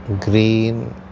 green